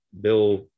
Bill